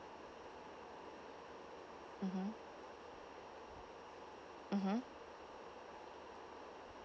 mmhmm mmhmm